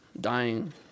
dying